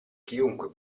chiunque